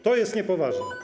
To jest niepoważne.